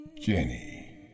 Jenny